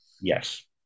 Yes